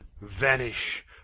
Vanish